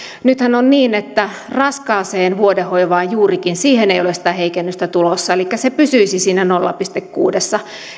nythän on niin että juuri raskaaseen vuodehoivaan ei ole sitä heikennystä tulossa elikkä se pysyisi siinä nolla pilkku kuudessa